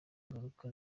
ingaruka